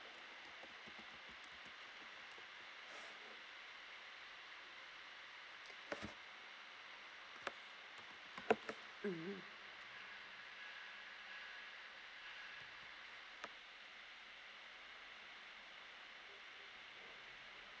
mm